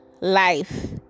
life